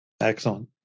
Excellent